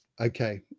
Okay